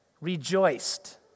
rejoiced